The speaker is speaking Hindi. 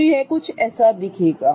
तो यह कुछ ऐसा दिखेगा